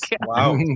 Wow